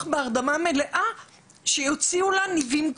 בהרדמה מלאה כדי שיוציאו לה ניבים כלואים.